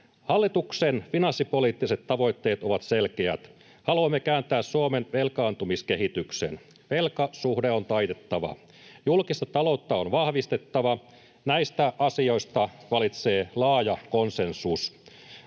Hallituksen finanssipoliittiset tavoitteet ovat selkeät. Haluamme kääntää Suomen velkaantumiskehityksen. Velkasuhde on taitettava. Julkista taloutta on vahvistettava. Näistä asioista vallitsee laaja konsensus.